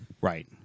Right